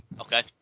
okay